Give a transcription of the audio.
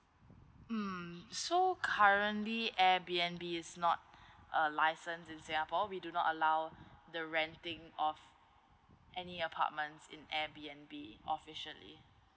mm so currently air B_N_B is not a license in singapore we do not allow the renting of any apartments in air B_N_B officially